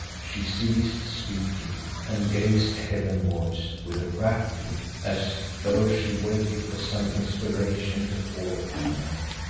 she ceased speaking and gazed heavenwards with a rapt look as though she waited for some inspiration to fall upon her,